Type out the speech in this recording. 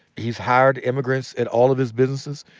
he's hired immigrants at all of his businesses.